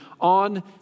on